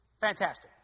Fantastic